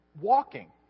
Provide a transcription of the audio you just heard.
walking